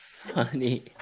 funny